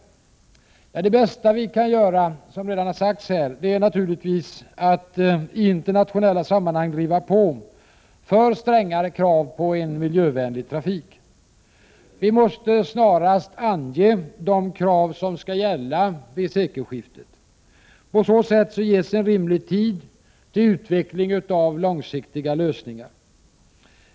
Det bästa vi kan göra är naturligtvis, som redan har sagts här, att i internationella sammanhang driva på för strängare krav på en miljövänlig trafik. Vi måste snarast ange de krav som skall gälla vid sekelskiftet. På så sätt ges rimlig tid till utveckling av långsiktiga lösningar.